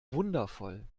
wundervoll